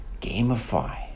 Gamify